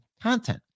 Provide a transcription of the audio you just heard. content